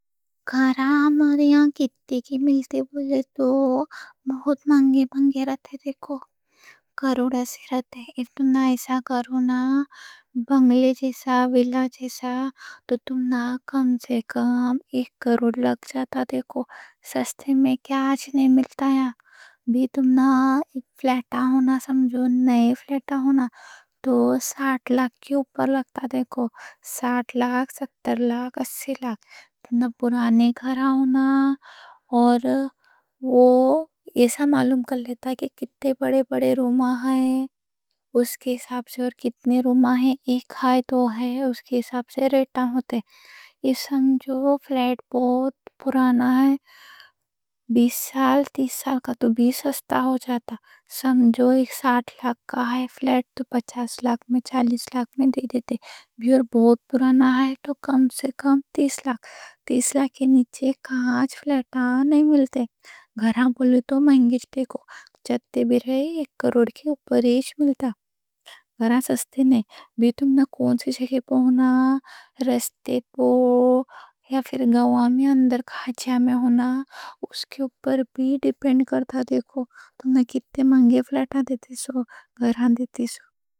ہمارے یہاں کتّی کی ملتے بولے تو بہت منگے بنگے رہتے دیکھو کروڑ ایسے رہتے، اگر تمہیں ایسا گھر ہونا، بنگلے جیسا، ویلا جیسا، تو تمہیں کم سے کم ایک کروڑ لگ جاتا دیکھو سستے میں کیا آج نہیں ملتا، یہاں بھی تمہیں فلیٹ آ ہونا، سمجھو نیا فلیٹ آ ہونا تو ساٹھ لاکھ کی اوپر لگتا دیکھو ساٹھ لاکھ، ستر لاکھ، اسی لاکھ پرانے گھر آ ہونا، اور وہ ایسا معلوم کر لیتا کہ کتّے بڑے بڑے روم ہیں، اس کے حساب سے، اور کتنے روم ہیں، ایک ہے دو ہے، اس کے حساب سے ریٹ ہوتے یہ سمجھو فلیٹ بہت پرانا ہے، بیس سال تیس سال کا، تو بیس سال تیس سال کا سمجھو ایک ساٹھ لاکھ کا ہے فلیٹ تو پچاس لاکھ میں، چالیس لاکھ میں دے دیتے بھی، اور بہت پرانا ہے تو کم سے کم تیس لاکھ، تیس لاکھ کے نیچے کہاں فلیٹ آ نہیں ملتے گھران بولے تو مہنگے ج، دیکھو جتے بھی رہے، ایک کروڑ کے اوپر ہی ملتا گھران سستے نہیں، تمنا کون سی شکیپ ہونا، رستے پو یا پھر گاؤں میں، اندر کھانچہ میں ہونا، اس کے اوپر بھی ڈیپینڈ کرتا دیکھو تمنا کتے مہنگے فلیٹ آں دیتے سو، گھران دیتے سو